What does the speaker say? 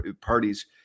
parties